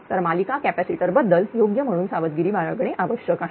तर मालिका कॅपॅसिटर बद्दल योग्य म्हणून सावधगिरी बाळगणे आवश्यक आहे